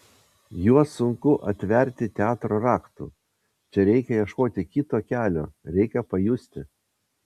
juos sunku atverti teatro raktu čia reikia ieškoti kito kelio reikia pajusti